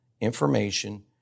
information